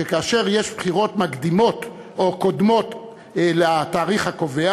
שכאשר יש בחירות מקדימות או קודמות לתאריך הקובע